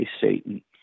Satan